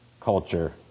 culture